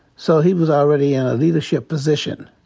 so he was already in a leadership position.